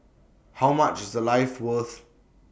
how much is A life worth